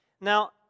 Now